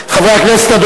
חבר הכנסת מוזס, רק שנייה.